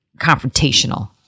confrontational